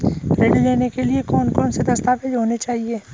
ऋण लेने के लिए कौन कौन से दस्तावेज होने चाहिए?